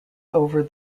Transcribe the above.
over